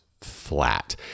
flat